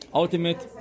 ultimate